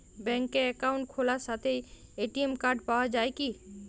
ব্যাঙ্কে অ্যাকাউন্ট খোলার সাথেই এ.টি.এম কার্ড পাওয়া যায় কি?